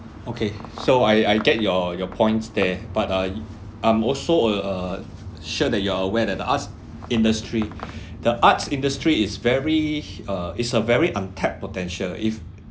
okay so I I get your your points there but uh I'm also uh sure that you are aware that the arts industry the arts industry is very uh it's a very untapped potential if